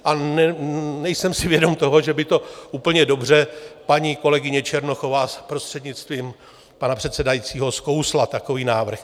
A nejsem si vědom toho, že by to úplně dobře paní kolegyně Černochová, prostřednictvím pana předsedajícího, skousla, takový návrh.